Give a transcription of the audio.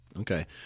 Okay